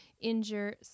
injure